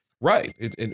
right